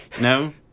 No